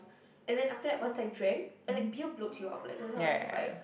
and then after that once I drank and like beer bloats you up like ugh just like